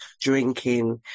drinking